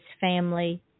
family